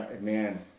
Man